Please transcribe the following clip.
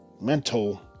mental